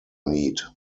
need